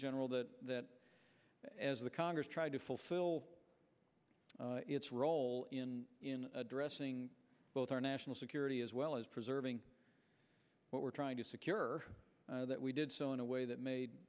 general that that as the congress tried to fulfill its role in in addressing both our national security as well as preserving what we're trying to secure that we did so in a way that made